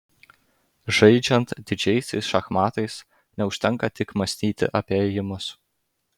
žaidžiant didžiaisiais šachmatais neužtenka tik mąstyti apie ėjimus